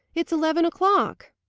it's eleven o'clock!